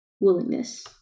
willingness